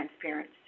transparency